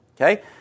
Okay